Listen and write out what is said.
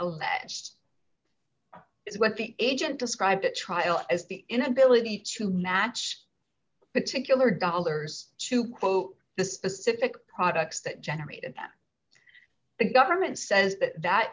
alleged is what the agent described at trial as the inability to match particular dollars to quote the specific products that generated the government says that